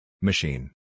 Machine